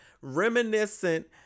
reminiscent